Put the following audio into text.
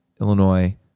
Illinois